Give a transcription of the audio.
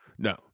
No